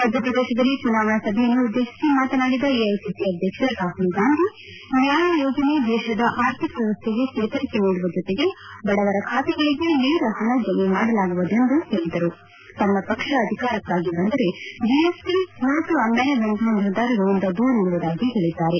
ಮಧ್ಯಪ್ರದೇಶದಲ್ಲಿ ಚುನಾವಣಾ ಸಭೆಯನ್ನುದ್ದೇಶಿಸಿ ಮಾತನಾಡಿದ ಎಐಸಿಸಿ ಅಧ್ಯಕ್ಷ ರಾಹುಲ್ ಗಾಂಧಿ ನ್ಯಾಯ್ ಯೋಜನೆ ದೇಶದ ಆರ್ಥಿಕ ವ್ಲವಸ್ಥೆಗೆ ಚೇತರಿಕೆ ನೀಡುವ ಜೊತೆಗೆ ಬಡಜನರ ಖಾತೆಗಳಿಗೆ ನೇರ ಹಣ ಜಮೆ ಮಾಡಲಾಗುವುದು ಎಂದು ಹೇಳಿದ ಅವರು ತಮ್ನ ಪಕ್ಷ ಅಧಿಕಾರಕ್ಷೆ ಬಂದರೆ ಜಿಎಸ್ಟಿ ನೋಟು ಅಮಾನ್ಗದಂತಪ ನಿರ್ಧಾರಗಳಿಂದ ದೂರ ಇರುವುದಾಗಿ ಹೇಳಿದ್ದಾರೆ